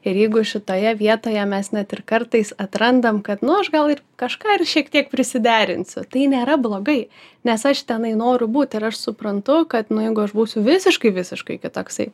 ir jeigu šitoje vietoje mes net ir kartais atrandam kad nu aš gal ir kažką ir šiek tiek prisiderinsiu tai nėra blogai nes aš tenai noriu būt ir aš suprantu kad jeigu aš būsiu visiškai visiškai kitoksai